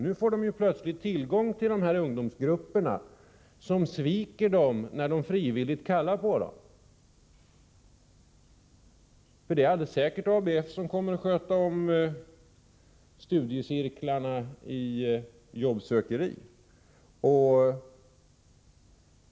Nu får de plötsligt tillgång till dessa ungdomsgrupper som sviker dem när de kallar dem till frivilliga samlingar, för det är alldeles säkert ABF som kommer att sköta om studiecirklarna i jobbsökeri.